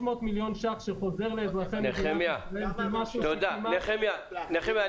300 מיליון שקל שחוזרים לאזרחי מדינת ישראל זה משהו שכמעט -- נחמיה,